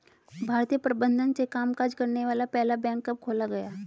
भारतीय प्रबंधन से कामकाज करने वाला पहला बैंक कब खोला गया?